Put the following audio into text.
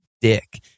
dick